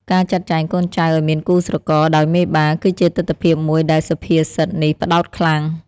ការចាត់ចែងកូនចៅឱ្យមានគូស្រករដោយមេបា គឺជាទិដ្ឋភាពមួយដែលសុភាសិតនេះផ្តោតខ្លាំង។